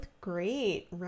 great